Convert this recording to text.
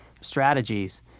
strategies